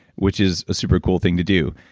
which is a super cool thing to do.